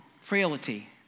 frailty